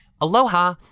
Aloha